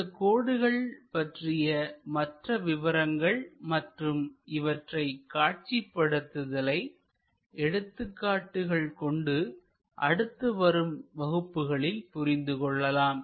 இந்த கோடுகள் பற்றிய மற்ற விவரங்கள் மற்றும் இவற்றை காட்சிப்படுத்துதலை எடுத்துக்காட்டுகள் கொண்டு அடுத்து வரும் வகுப்புகளில் புரிந்து கொள்ளலாம்